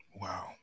Wow